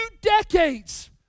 decades